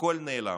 הכול נעלם.